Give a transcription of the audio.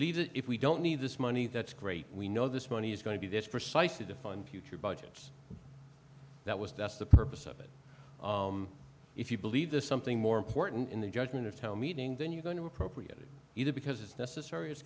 leave it if we don't need this money that's great we know this money is going to be this precisely defined future budgets that was that's the purpose of it if you believe the something more important in the judgment of tell meeting then you're going to appropriate either because it's necessary it's